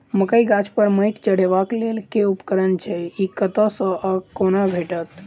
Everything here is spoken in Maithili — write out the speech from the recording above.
मकई गाछ पर मैंट चढ़ेबाक लेल केँ उपकरण छै? ई कतह सऽ आ कोना भेटत?